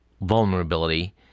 vulnerability